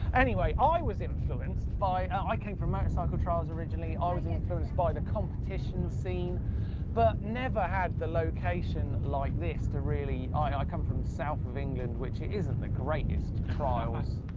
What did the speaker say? anyway, i was influenced by, i came from motorcycle trials, originally. i was influenced by the competition scene but never had the location like this to really. i i come from south of england, which isn't the greatest trials